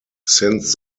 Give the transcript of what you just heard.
since